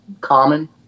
common